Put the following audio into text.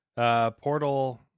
Portal